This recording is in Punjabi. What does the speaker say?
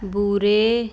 ਬੂੂਰੇ